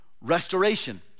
restoration